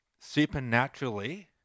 supernaturally